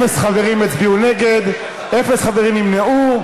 אפס חברים הצביעו נגד, אפס חברים נמנעו.